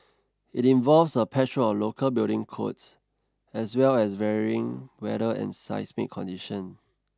it involves a patchwork of local building codes as well as varying weather and seismic condition